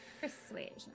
Persuasion